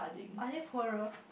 are they poorer